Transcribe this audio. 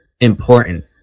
important